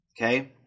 Okay